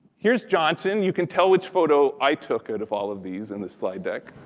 here's johnson. you can tell which photo i took out of all of these in this slide deck.